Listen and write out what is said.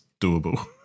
doable